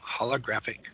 holographic